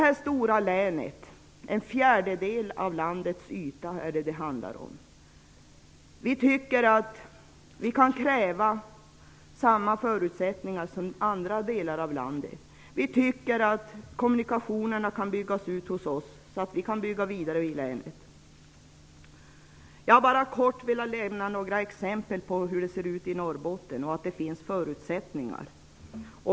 Vi som bor i detta stora län -- det handlar om en fjärdedel av landets yta -- tycker att vi kan kräva samma förutsättningar som andra delar av landet. Vi tycker att kommunikationerna kan byggas ut hos oss så att vi kan bygga vidare i länet. Jag har bara kort velat ge några exempel på hur det ser ut i Norrbotten och visa att det finns förutsättningar.